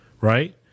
right